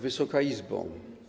Wysoka Izbo!